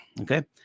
okay